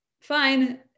Fine